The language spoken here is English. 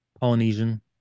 Polynesian